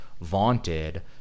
vaunted